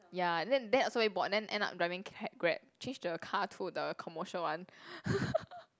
ya and then dad also very bored and then end up driving ca~ Grab change the car to the commercial one